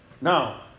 Now